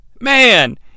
man